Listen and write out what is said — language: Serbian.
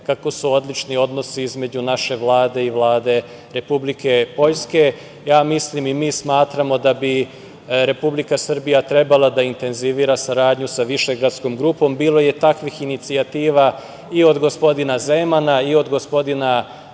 kako su odlični odnosi između naše Vlade i Vlade Republike Poljske. Ja mislim i mi smatramo da bi Republika Srbija trebala da intenzivira saradnju sa višegradskom grupom. Bilo je takvih inicijativa i od gospodina Zemana i od gospodina